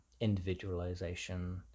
individualization